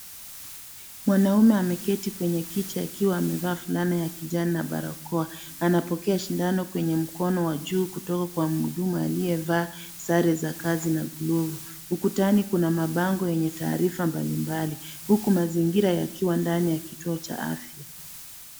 Mwanamume ameketi kwenye kiti akiwa amevaa fulana ya kijani na barakoa. Anapokea sindano kwenye mkono wa juu kutoka kwa muhudumu aliyevaa sare za kazi na glavu. Ukutani kuna mabango yenye taarifa mbali mbali huku mazingira yakiwa ndani ya kituo cha afya.